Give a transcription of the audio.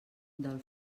del